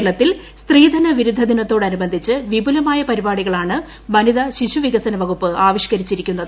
കേരളത്തിൽ സ്ത്രീധനവിരുദ്ധ ദിനത്തോട് അനുബന്ധിച്ച് വിപുലമായ പരിപാടികളാണ് വനിത ശിശുവികസന വകുപ്പ് ആവിഷ് ക്കരിച്ചിരിക്കുന്നത്